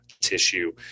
tissue